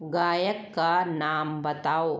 गायक का नाम बताओ